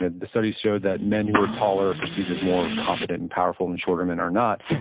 ah the studies show that men who are taller, are perceived as more competent and powerful, and shorter men are not.